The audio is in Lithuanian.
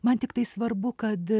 man tiktai svarbu kad